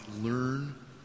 learn